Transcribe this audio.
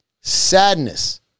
sadness